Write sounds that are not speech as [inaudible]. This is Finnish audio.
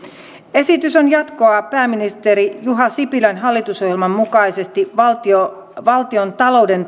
esitys on jatkoa pääministeri juha sipilän hallitusohjelman mukaisesti valtiontalouden [unintelligible]